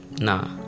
nah